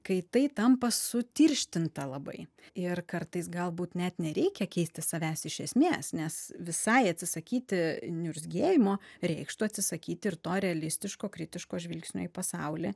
kai tai tampa sutirštinta labai ir kartais galbūt net nereikia keisti savęs iš esmės nes visai atsisakyti niurzgėjimo reikštų atsisakyti ir to realistiško kritiško žvilgsnio į pasaulį